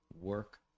Work